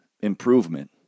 improvement